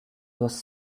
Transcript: was